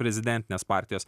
prezidentinės partijos